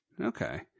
okay